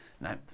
no